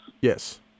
Yes